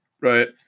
Right